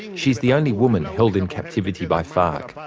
she's the only woman held in captivity by farc.